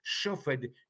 suffered